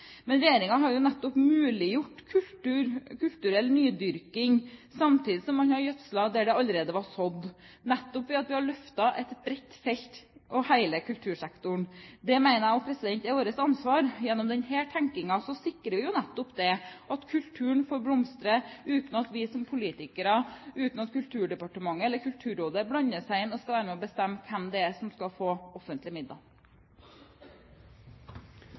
Men regjeringen har nettopp muliggjort kulturell nydyrking samtidig som den har gjødslet der det allerede var sådd, ved at den har løftet et bredt felt og hele kultursektoren. Det mener jeg er vårt ansvar. Gjennom denne tenkningen sikrer vi nettopp det at kulturen får blomstre – uten at vi som politikere, Kulturdepartementet eller Kulturrådet blander seg inn og skal være med og bestemme hvem det er som skal få offentlige midler.